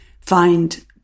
find